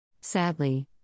Sadly